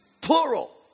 plural